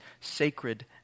sacred